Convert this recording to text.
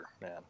man